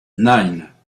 nine